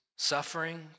suffering